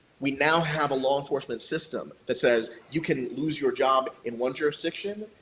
we now have a law enforcement system that says you can lose your job in one jurisdiction,